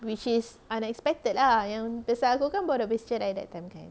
which is unexpected lah yang pasal aku kan baru habis cerai that time kan